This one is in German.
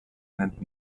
nennt